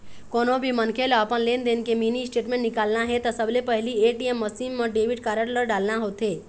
कोनो भी मनखे ल अपन लेनदेन के मिनी स्टेटमेंट निकालना हे त सबले पहिली ए.टी.एम मसीन म डेबिट कारड ल डालना होथे